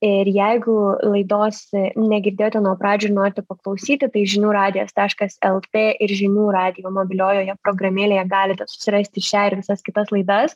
ir jeigu laidos negirdėjote nuo pradžių ir norite paklausyti tai žinių radijas taškas lt ir žinių radijo mobiliojoje programėlėje galite susirasti šią ir visas kitas laidas